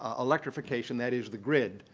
ah electrification, that is, the grid,